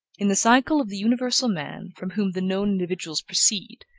in the cycle of the universal man, from whom the known individuals proceed,